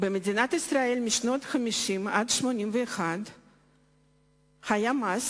במדינת ישראל משנות ה-50 עד 1981 היה מס